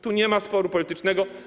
Tu nie ma sporu politycznego.